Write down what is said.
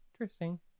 interesting